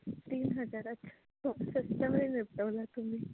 तीन हजार अच्छा बहोत सस्त्यामध्ये निबटवलं तुम्ही